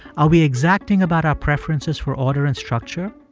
are we exacting about our preferences for order and structure?